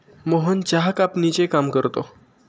मोहन चहा कापणीचे काम करतो